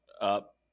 up